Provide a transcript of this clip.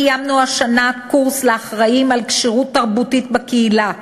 קיימנו השנה קורס לאחראים על כשירות תרבותית בקהילה.